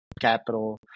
capital